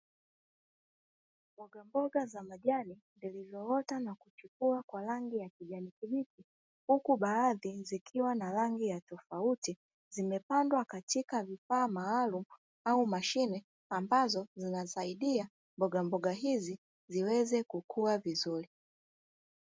Mboga za majani zimeota na kukua kwa rangi ya kijani kibichi huku baadhi zikiwa na rangi ya tofauti, zimepandwa katika vifaa maalumu au mashine ambazo zinasaidia mbogamboga hizi ziweze kukua vizuri.